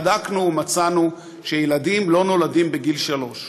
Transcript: בדקנו ומצאנו שילדים לא נולדים בגיל שלוש.